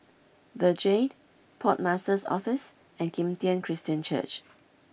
the Jade Port Master's Office and Kim Tian Christian Church